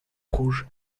rouge